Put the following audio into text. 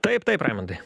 taip taip raimundai